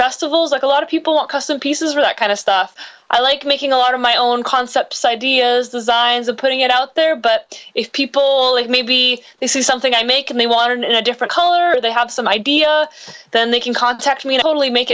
festivals like a lot of people want custom pieces or that kind of stuff i like making a lot of my own concepts ideas designs of putting it out there but if people if maybe they see something i make and they want to in a different color or they have some idea then they can contact me and only make